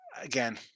Again